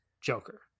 Joker